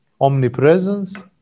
omnipresence